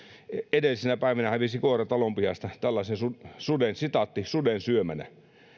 edellisenä päivänä hävisi koira talon pihasta tällaisen suden syömänä